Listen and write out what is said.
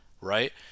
right